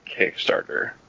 Kickstarter